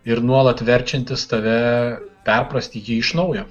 ir nuolat verčiantis tave perprasti jį iš naujo